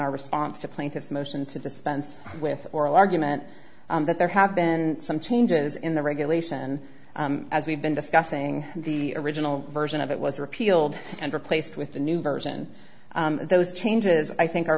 our response to plaintiff's motion to dispense with oral argument that there have been some changes in the regulation as we've been discussing the original version of it was repealed and replaced with the new version those changes i think are